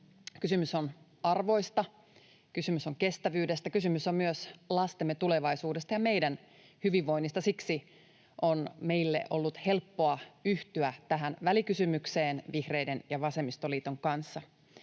kysymys on kestävyydestä, kysymys on myös lastemme tulevaisuudesta ja meidän hyvinvoinnistamme. Siksi on meille ollut helppoa yhtyä tähän välikysymykseen vihreiden ja vasemmistoliiton kanssa.